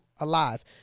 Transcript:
alive